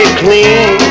clean